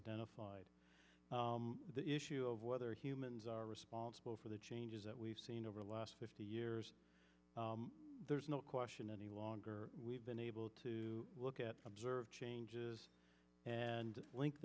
identified the issue of whether humans are responsible for the changes that we've seen over the last fifty years there's no question any longer we've been able to look at observed changes and link